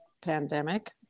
pandemic